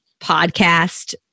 podcast